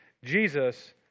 Jesus